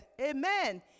Amen